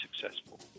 successful